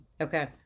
okay